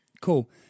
cool